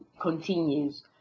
continues